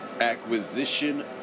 acquisition